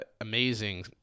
amazing